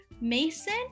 Mason